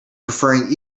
preferring